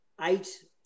eight